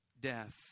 death